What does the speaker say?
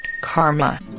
karma